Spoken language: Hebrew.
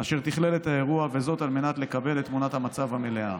אשר תיכלל את האירוע על מנת לקבל את תמונת המצב המלאה.